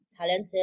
talented